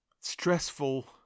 stressful